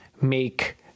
make